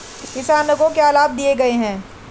किसानों को क्या लाभ दिए गए हैं?